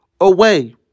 away